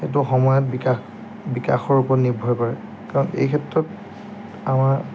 এইটো সময়ত বিকাশ বিকাশৰ ওপৰত নিৰ্ভৰ পাৰে কাৰণ এই ক্ষেত্ৰত আমাৰ